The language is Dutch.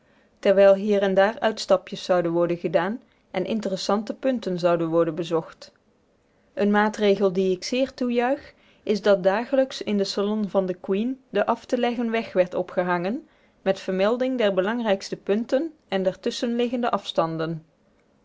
terwijl hier en daar uitstapjes zouden worden gedaan en interessante punten zouden worden bezocht een maatregel dien ik zeer toejuich is dat dagelijks in den salon van the queen de af te leggen weg werd opgehangen met vermelding der belangrijkste punten en der tusschenliggende afstanden